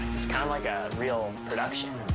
it's kind of like a real production.